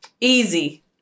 Easy